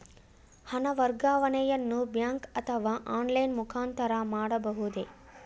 ಹಣ ವರ್ಗಾವಣೆಯನ್ನು ಬ್ಯಾಂಕ್ ಅಥವಾ ಆನ್ಲೈನ್ ಮುಖಾಂತರ ಮಾಡಬಹುದೇ?